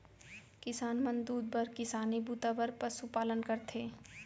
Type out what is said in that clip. किसान मन दूद बर किसानी बूता बर पसु पालन करथे